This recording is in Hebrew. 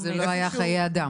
וזה לא היה חיי אדם.